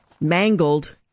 Mangled